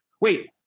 wait